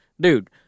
dude